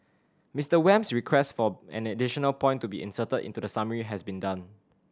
Mister Wham's request for an additional point to be inserted into the summary has been done